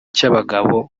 cy’abagabo